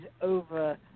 over